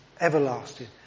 everlasting